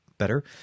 better